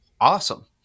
Awesome